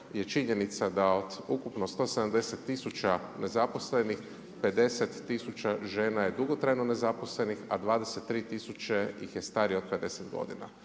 je činjenica da od ukupno 170 tisuća nezaposlenih, 50000 žena je dugotrajno nezaposlenih, a 23000 ih je starije od 50 godina.